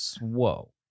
Whoa